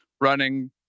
running